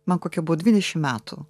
man kokie buvo dvidešimt metų